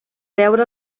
veure